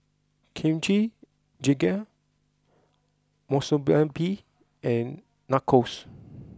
Kimchi Jjigae Monsunabe and Nachos